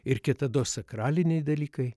ir kitados sakraliniai dalykai